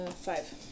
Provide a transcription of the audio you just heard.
Five